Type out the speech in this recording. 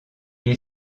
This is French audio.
est